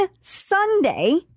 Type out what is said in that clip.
Sunday